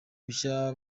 bushya